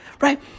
right